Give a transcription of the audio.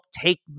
take